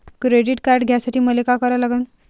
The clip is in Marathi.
क्रेडिट कार्ड घ्यासाठी मले का करा लागन?